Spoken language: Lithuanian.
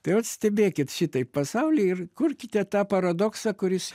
tai vat stebėkit šitąjį pasaulį ir kurkite tą paradoksą kuris